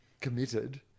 committed